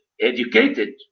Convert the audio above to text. educated